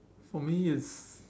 for me it's